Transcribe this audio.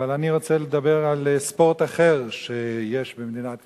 אבל אני רוצה לדבר על ספורט אחר שיש במדינת ישראל,